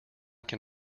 can